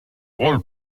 rôle